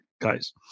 guys